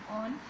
on